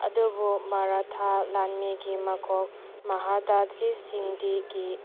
ꯑꯗꯨꯕꯨ ꯃꯔꯥꯊꯥ ꯂꯥꯟꯃꯤꯒꯤ ꯃꯀꯣꯛ ꯃꯍꯥꯗꯥꯖꯤꯁꯤꯡꯗꯤꯒꯤ